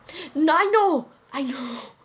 I know I know